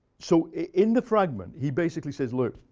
so in the fragment he basically says, look.